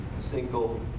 single